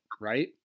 Right